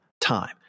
time